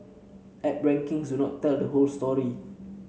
app rankings do not tell the whole story